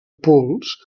pols